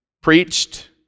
preached